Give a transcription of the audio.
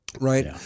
Right